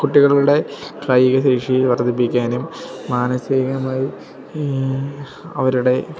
കുട്ടികളുടെ കായികശേഷി വർദ്ധിപ്പിക്കാനും മാനസീകമായി അവരുടെ